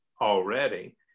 already